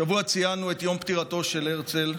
השבוע ציינו את יום פטירתו של הרצל,